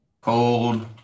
cold